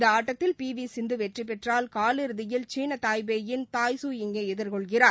இந்த ஆட்டத்தில் P V Sindhu வெற்றிபெற்றால் கால் இறுதியில் சீனா தாய்பேயின் தாய் கு யிங்கை எதிர் கொள்கிறார்